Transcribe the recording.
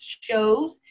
shows